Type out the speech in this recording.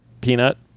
peanut